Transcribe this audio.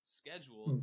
schedule